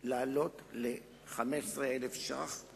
לעלות ל-15,000 שקל